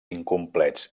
incomplets